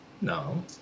No